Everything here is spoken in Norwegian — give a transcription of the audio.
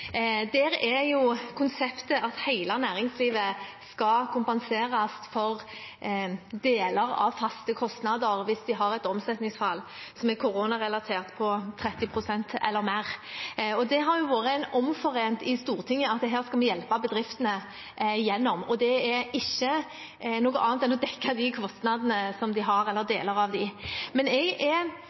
deler av faste kostnader hvis de har et omsetningsfall som er koronarelatert, på 30 pst. eller mer. Det har vært omforent i Stortinget, at vi skal hjelpe bedriftene gjennom. Det er ikke noe annet enn å dekke deler av de kostnadene de har. Jeg mener vi har hatt en ganske offensiv tilnærming når det gjelder det grønne skiftet også inn i dette. Jeg er